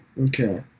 Okay